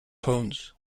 phones